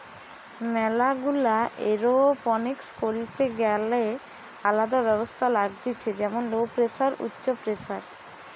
ম্যালা গুলা এরওপনিক্স করিতে গ্যালে আলদা ব্যবস্থা লাগতিছে যেমন লো প্রেসার, উচ্চ প্রেসার